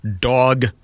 dog